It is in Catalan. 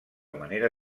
manera